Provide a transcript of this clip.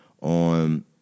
on